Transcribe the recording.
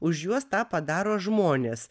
už juos tą padaro žmonės